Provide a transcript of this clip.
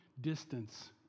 distance